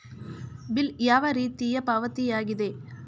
Bill ಯಾವ ರೀತಿಯ ಪಾವತಿಯಾಗಿದೆ?